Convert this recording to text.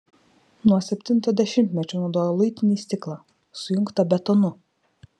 nuo septinto dešimtmečio naudoja luitinį stiklą sujungtą betonu